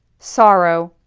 sorrow,